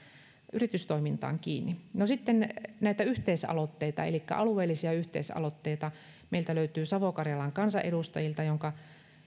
yritystoimintaan kiinni sitten näitä yhteisaloitteita alueellisia yhteisaloitteita meiltä löytyy savo karjalan kansanedustajilta ja